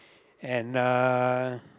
and uh